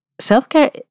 self-care